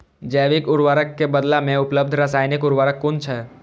जैविक उर्वरक के बदला में उपलब्ध रासायानिक उर्वरक कुन छै?